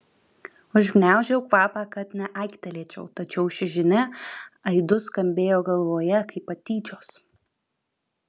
užgniaužiau kvapą kad neaiktelėčiau tačiau ši žinia aidu skambėjo galvoje kaip patyčios